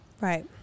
Right